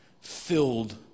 filled